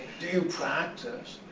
do you practice,